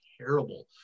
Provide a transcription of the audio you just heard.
terrible